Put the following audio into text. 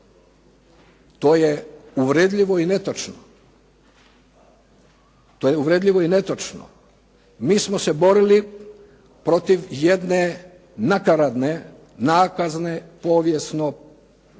To je uvredljivo i netočno. Mi smo se borili protiv jedne nakaradne, nakazne, povijesno